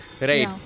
right